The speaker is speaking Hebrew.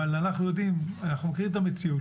אבל אנחנו מכירים את המציאות,